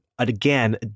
Again